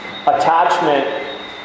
attachment